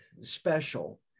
special